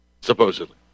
Supposedly